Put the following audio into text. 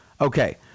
okay